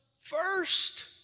first